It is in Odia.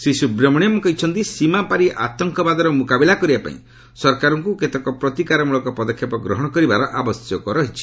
ଶ୍ରୀ ସୁବ୍ରମଣ୍ୟମ କହିଛନ୍ତି ସୀମାପାରୀ ଆତଙ୍କବାଦର ମୁକାବିଲା କରିବା ପାଇଁ ସରକାରଙ୍କୁ କେତେକ ପ୍ରତିକାରମଳକ ପଦକ୍ଷେପ ଗ୍ରହଣ କରିବାର ଆବଶ୍ୟକ ରହିଛି